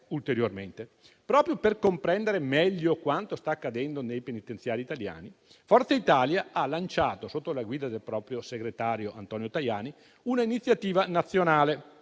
ulteriormente. Proprio per comprendere meglio quanto sta accadendo nei penitenziari italiani, Forza Italia ha lanciato, sotto la guida del proprio segretario Antonio Tajani, un'iniziativa nazionale